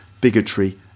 bigotry